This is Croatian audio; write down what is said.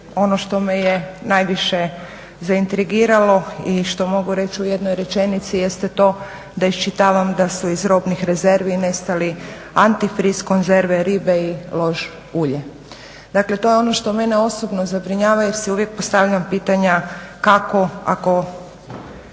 ono što me je najviše zaintrigiralo i što mogu reći u jednoj rečenici jeste to da iščitavam da su iz robnih rezervi nestali antifriz, konzerve ribe i lož ulje. Dakle, to je ono što mene osobno zabrinjava jer se uvijek postavljam pitanja kako ako